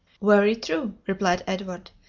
very true, replied edward.